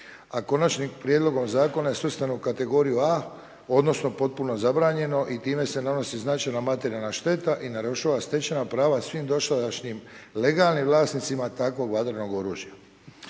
a Konačnim prijedlogom zakona je svrstan u kategoriju A odnosno potpuno zabranjeno i time se nanosi značajna materijalna šteta i narušava stečena prava svim dosadašnjim legalnim vlasnicima takvog vatrenog oružja.